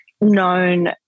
known